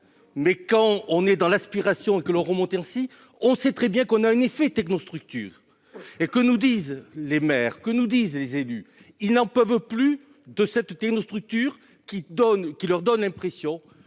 Mais quand on est dans l'aspiration que le remonter. Ainsi, on sait très bien qu'on a un effet technostructure et que nous disent les maires, que nous disent les élus, ils n'en peuvent plus de cette technostructure qui donne, qui leur donne l'impression